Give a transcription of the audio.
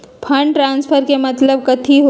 Fund transfer के मतलब कथी होई?